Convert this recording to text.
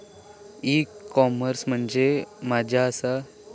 E commerce म्हणजे मझ्या आसा?